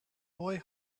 boy